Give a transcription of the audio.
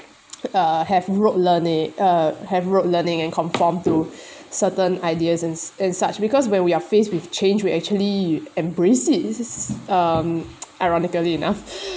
uh have rote learning uh have rote learning and conform to certain ideas and and such because where we are faced with change we actually embrace it this is uh ironically enough